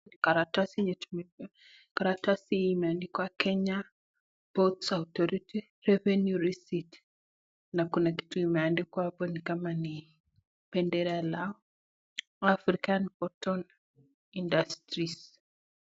Karatasi yenye tumepewa, karatasi hii imeandikwa, Kenya ports authority revenue receipt na kuna kitu imeandikwa hapo ni kama ni bendera la Afrika cotton industries .